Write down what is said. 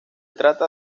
trata